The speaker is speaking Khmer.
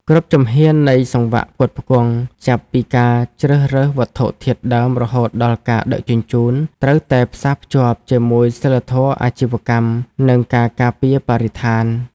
គ្រប់ជំហាននៃសង្វាក់ផ្គត់ផ្គង់ ចាប់ពីការជ្រើសរើសវត្ថុធាតុដើមរហូតដល់ការដឹកជញ្ជូន ត្រូវតែផ្សារភ្ជាប់ជាមួយសីលធម៌អាជីវកម្ម និងការការពារបរិស្ថាន។